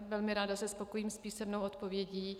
Velmi ráda se spokojím s písemnou odpovědí.